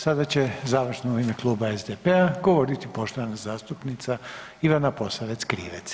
Sada će završno u ime Kluba SDP-a govoriti poštovana zastupnica Ivana Posavec Krivec.